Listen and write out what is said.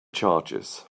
charges